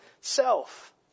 self